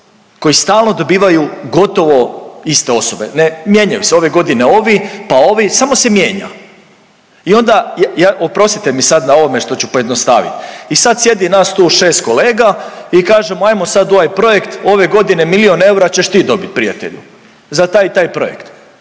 koji stalno dobivaju gotovo iste osobe, ne mijenjaju se ove godine ovi, pa ovi samo se mijenja. I ona oprostite mi sad na ovome što ću pojednostavit i sad sjedi nas tu šest kolega i kažemo ajmo sad ovaj projekt ove godine milion eura ćeš ti dobit prijatelju za taj i taj projekt.